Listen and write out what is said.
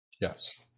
Yes